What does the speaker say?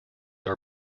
are